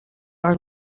are